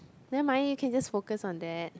never mind you can just focus on that